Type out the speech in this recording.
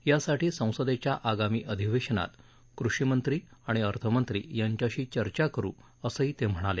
यासाठी संसदेच्या आगामी अधिवेशनात कृषी मंत्री आणि अर्थ मंत्री यांच्याशी चर्चा करु असंही ते म्हणाले